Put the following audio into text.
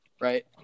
right